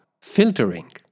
filtering